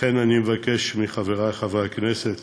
לכן, אני מבקש מחברי חברי הכנסת